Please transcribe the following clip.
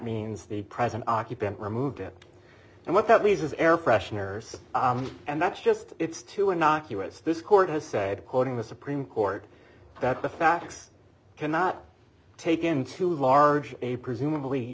means the present occupant removed it and what that means is air fresheners and that's just it's too innocuous this court has said quoting the supreme court that the facts cannot take into large a presumably